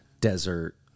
desert